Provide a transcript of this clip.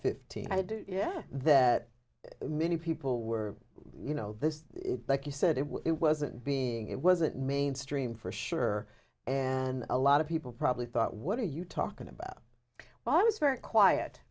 fifteen i did yeah that many people were you know this like you said it wasn't being it wasn't mainstream for sure and a lot of people probably thought what are you talking about well i was very quiet